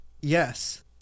Yes